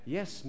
Yes